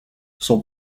son